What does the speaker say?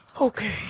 okay